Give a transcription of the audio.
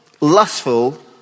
lustful